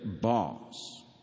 boss